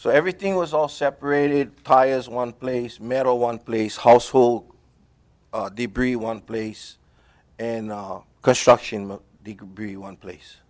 so everything was all separated tires one place metal one place housefull debris one place and construction degree one place